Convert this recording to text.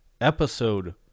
episode